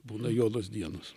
būna juodos dienos